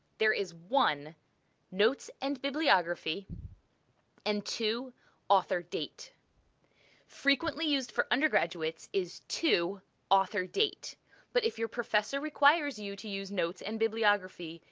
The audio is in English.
there is one notes and bibliography and two author-date. frequently used for undergraduate students, is two author-date, but if your professor requires you to use notes and bibliography,